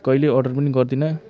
कहिले अर्डर पनि गर्दिनँ